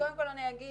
אז קודם כל אני אגיד,